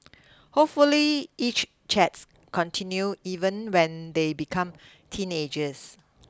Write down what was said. hopefully each chats continue even when they become teenagers